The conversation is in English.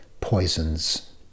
poisons